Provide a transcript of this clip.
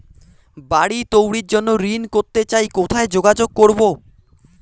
বাড়ি তৈরির জন্য ঋণ করতে চাই কোথায় যোগাযোগ করবো?